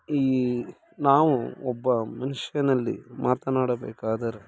ಈ ನಾವು ಒಬ್ಬ ಮನುಷ್ಯನಲ್ಲಿ ಮಾತನಾಡಬೇಕಾದರೆ